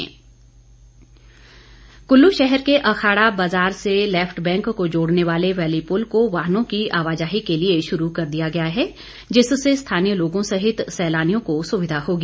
DC Kullu Kullu शहर के अखाड़ा बाजार से लेफ्ट बैंक को जोड़ने वाले वैली पुल को वाहनों की आवाजाही के लिए शुरू कर दिया गया है जिससे स्थानीय लोगों सहित सैलानियों को सुविधा होगी